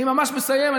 אני ממש מסיים.